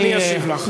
אני אשיב לך.